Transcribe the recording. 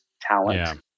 talent